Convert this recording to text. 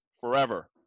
forever